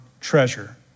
treasure